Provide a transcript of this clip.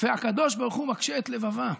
והקדוש ברוך הוא מקשה את לבבם.